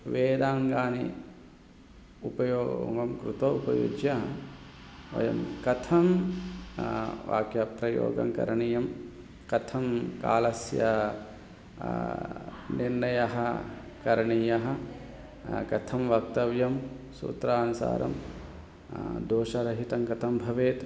वेदाङ्गानि उपयोगं कृतौ उपयुज्य वयं कथं वाक्यप्रयोगं करणीयं कथं कालस्य निर्णयः करणीयः कथं वक्तव्यं सूत्रानुसारं दोषरहितं कथं भवेत्